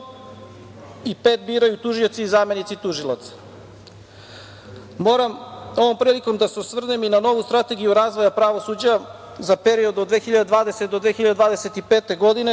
i pet biraju tužioci i zamenici tužilaca. Moram ovom prilikom da se osvrnem i na novu strategiju razvoja pravosuđa za period od 2020. do 2025. godine